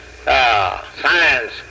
Science